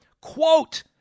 quote